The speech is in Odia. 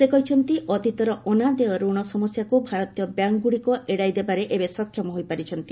ସେ କହିଛନ୍ତି ଅତୀତର ଅନାଦେୟ ରଣ ସମସ୍ୟାକୁ ଭାରତୀୟ ବ୍ୟାଙ୍କଗୁଡ଼ିକ ଏଡ଼ାଇଦେବାରେ ଏବେ ସକ୍ଷମ ହୋଇପାରିଛନ୍ତି